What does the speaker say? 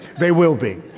they will be.